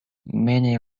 many